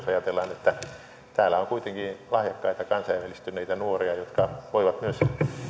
ajatellaan että täällä on kuitenkin lahjakkaita kansainvälistyneitä nuoria jotka voivat myös